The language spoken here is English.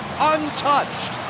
untouched